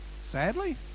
Sadly